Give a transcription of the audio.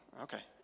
Okay